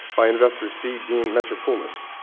by investor c. dean metropoulos.